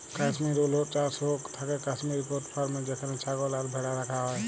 Kashmir wool চাস হৌক থাকেক কাশ্মির গোট ফার্মে যেখানে ছাগল আর ভ্যাড়া রাখা হয়